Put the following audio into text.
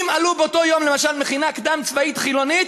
אם עלו באותו יום למשל מכינה קדם-צבאית חילונית,